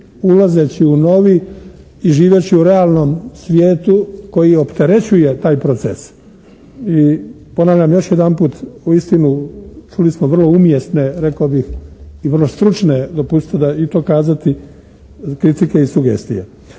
ulazeći u novi i živeći u realnom svijetu koji opterećuje taj proces i ponavljam još jedanput uistinu čuli smo vrlo umjesne, rekao bih i vrlo stručne dopustite da i to kazati kritike i sugestije.